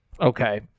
okay